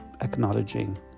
acknowledging